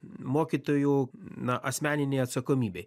mokytojų na asmeninei atsakomybei